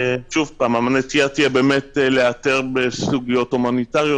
הנטייה תהיה להיעתר בסוגיות הומניטריות.